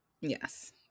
Yes